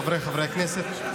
חבריי חברי הכנסת,